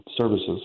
services